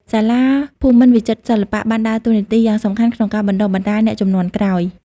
សាលាភូមិន្ទវិចិត្រសិល្បៈបានដើរតួនាទីយ៉ាងសំខាន់ក្នុងការបណ្ដុះបណ្ដាលអ្នកជំនាន់ក្រោយ ។